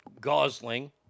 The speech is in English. gosling